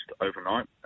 overnight